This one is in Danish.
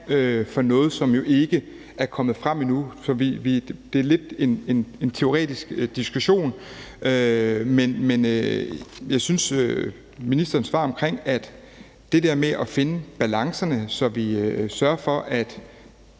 om noget, som jo ikke er kommet frem endnu. Så det er lidt en teoretisk diskussion. Ministerens svar handlede om at finde balancerne, så vi sørger for, at